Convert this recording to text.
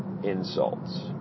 insults